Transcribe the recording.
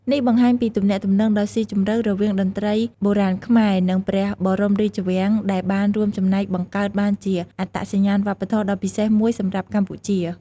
នេះបង្ហាញពីទំនាក់ទំនងដ៏ស៊ីជម្រៅរវាងតន្ត្រីបុរាណខ្មែរ និងព្រះបរមរាជវាំង ដែលបានរួមចំណែកបង្កើតបានជាអត្តសញ្ញាណវប្បធម៌ដ៏ពិសេសមួយសម្រាប់កម្ពុជា។